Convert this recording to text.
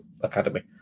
Academy